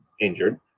injured